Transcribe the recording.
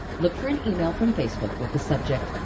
look for an email from facebook with the subject,